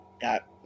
got